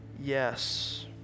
yes